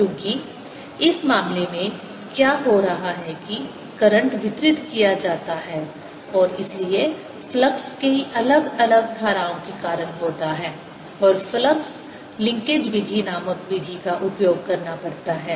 क्योंकि इस मामले में क्या हो रहा है कि करंट वितरित किया जाता है और इसलिए फ्लक्स कई अलग अलग धाराओं के कारण होता है और फ्लक्स लिंकेज विधि नामक विधि का उपयोग करना पड़ता है